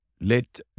let